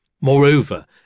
Moreover